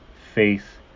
faith